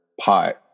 pot